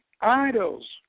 Idols